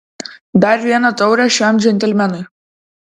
dar vieną taurę šiam džentelmenui